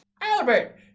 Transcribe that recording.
Albert